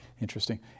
Interesting